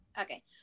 Okay